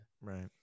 Right